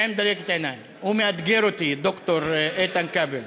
ועם דלקת עיניים, הוא מאתגר אותי, ד"ר איתן כבל.